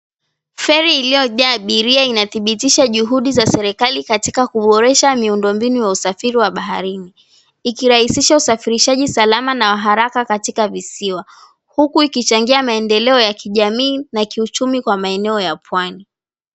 Feri iliyojaa abiria inathibitisha juhudi za serikali katika kuboresha miundo mbinu ya usafiri wa baharini iki rahisisha usafirishaji salama na wa haraka katika visiwa huku ikichangia maendeleo ya kijamii na kiuchumi kwa maeneo ya pwani.